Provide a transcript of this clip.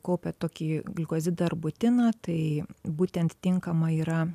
kaupia tokį gliukozidą arbutiną tai būtent tinkama yra